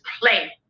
play